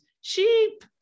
sheep